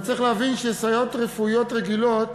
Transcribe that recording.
אבל צריך להבין שלסייעות רפואיות רגילות